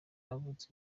bavutse